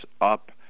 up